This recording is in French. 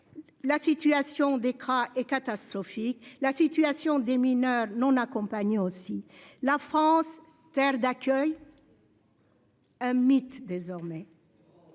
La situation d'écran est catastrophique. La situation des mineurs non accompagnés aussi la France terre d'accueil.-- Un mythe désormais.